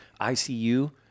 ICU